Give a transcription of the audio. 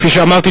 כפי שאמרתי,